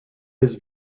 his